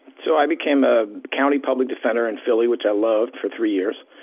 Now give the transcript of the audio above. so i became a county public defender in philly which i loved, for three years.